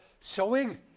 sowing